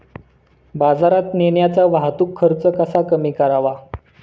बाजारात नेण्याचा वाहतूक खर्च कसा कमी करावा?